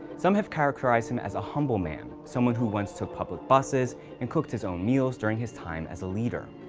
some have characterized him as a humble man, someone who once took public busses and cooked his own meals during his time as a leader.